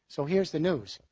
so here's the news,